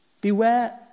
Beware